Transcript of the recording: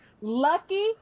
Lucky